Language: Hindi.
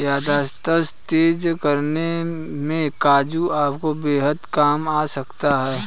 याददाश्त तेज करने में काजू आपके बेहद काम आ सकता है